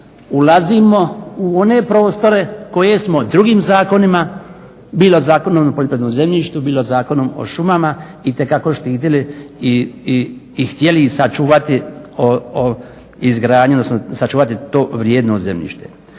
ulazimo u one prostore koje smo drugim zakonima bilo Zakonom o poljoprivrednom zemljištu, bilo zakonom o šumama itekako štitili i htjeli ih sačuvati od izgradnje,